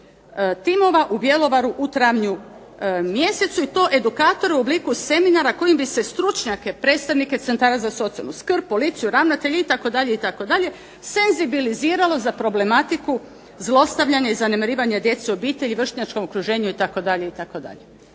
timova u Bjelovaru u travnju mjesecu. I to edukator u obliku seminara kojim bi se stručnjake, predstavnike centara za socijalnu skrb, policiju, ravnatelje itd., senzibiliziralo za problematiku zlostavljanja i zanemarivanja djece u obitelji, vršnjačkom okruženju itd.